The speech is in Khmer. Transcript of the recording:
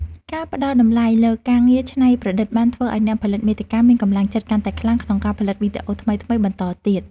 ការផ្ដល់តម្លៃលើការងារច្នៃប្រឌិតបានធ្វើឱ្យអ្នកផលិតមាតិកាមានកម្លាំងចិត្តកាន់តែខ្លាំងក្នុងការផលិតវីដេអូថ្មីៗបន្តទៀត។